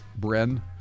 Bren